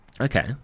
Okay